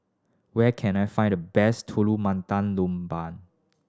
where can I find the best Telur Mata Lembu